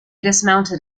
dismounted